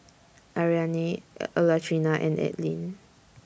Ariane Latrina and Adline